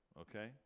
Okay